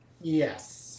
Yes